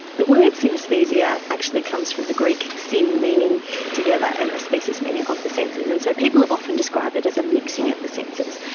the word synaesthesia yeah actually comes from the greek syn, meaning together and aesthesis meaning of the senses. and so people have often described it as a mixing of the senses.